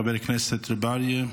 חבר הכנסת רבי אריה,